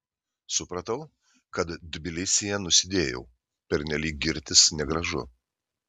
supratau kad tbilisyje nusidėjau pernelyg girtis negražu